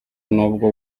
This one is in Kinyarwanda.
n’ubwo